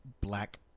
Black